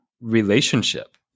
relationship